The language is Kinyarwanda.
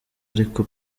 ariko